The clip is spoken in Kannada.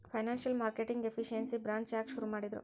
ಫೈನಾನ್ಸಿಯಲ್ ಮಾರ್ಕೆಟಿಂಗ್ ಎಫಿಸಿಯನ್ಸಿ ಬ್ರಾಂಚ್ ಯಾಕ್ ಶುರು ಮಾಡಿದ್ರು?